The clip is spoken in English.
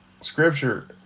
scripture